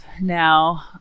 now